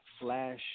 Flash